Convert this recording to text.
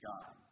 God